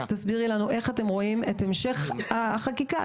לא לכרוך את הקמת המאגר של חיילי צה"ל